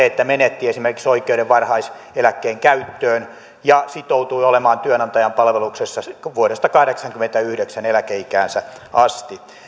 että menetti oikeuden varhaiseläkkeen käyttöön ja sitoutui olemaan työnantajan palveluksessa vuodesta kahdeksankymmentäyhdeksän eläkeikäänsä asti